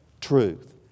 truth